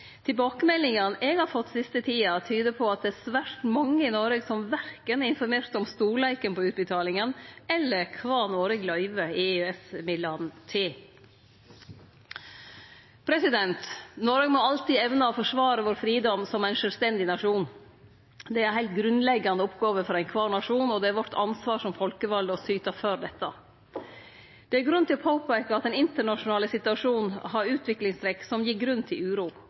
Tilbakemeldingane eg har fått den siste tida, tyder på at det er svært mange i Noreg som verken er informert om storleiken på utbetalingane, eller om kva Noreg løyver EØS-midlane til. Noreg må alltid evne å forsvare vår fridom som ein sjølvstendig nasjon. Det er ei heilt grunnleggjande oppgåve for ein kvar nasjon, og det er vårt ansvar som folkevalde å syte for dette. Det er grunn til å påpeike at den internasjonale situasjonen har utviklingstrekk som gir grunn til uro.